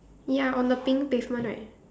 ya on the pink pavement right